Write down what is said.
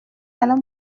الان